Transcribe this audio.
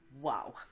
Wow